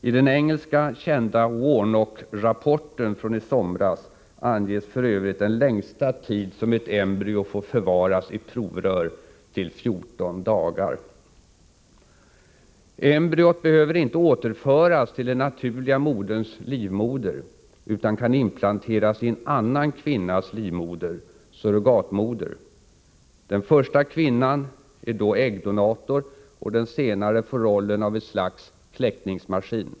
I den kända engelska Warnockrapporten från i somras anges för övrigt den längsta tid som ett embryo får förvaras i provrör till 14 dagar. Embryot behöver inte återföras till den naturliga moderns livmoder utan kan inplanteras i en annan kvinnas livmoder, surrogatmoder. Den första kvinnan är då äggdonator och den senare får rollen av ett slags kläckningsmaskin.